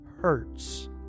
hurts